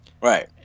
Right